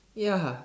ya